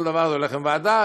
כל דבר הולך עם ועדה,